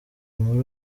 muri